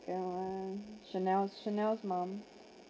second one chanel's chanel's mum